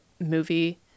movie